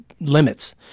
limits